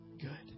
good